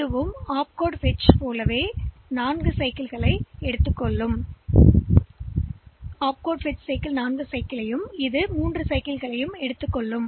எனவே ஒப்கோட் பெறுதல் 4 சைக்கிள்களை எடுக்கும் அதே விஷயத்தைப் பெறுங்கள் மேலும் இந்த மெமரி ரீட் செயல்பாடு 3 சைக்கிள்களை எடுக்கும்